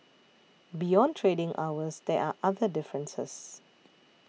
beyond trading hours there are other differences